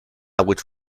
which